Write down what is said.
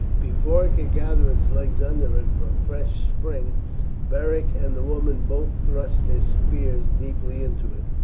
before it could gather its legs under it for a fresh spring beric and the woman both thrust their spears deeply into it,